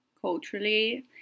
culturally